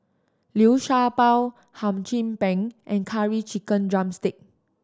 Liu Sha Bao Hum Chim Peng and Curry Chicken drumstick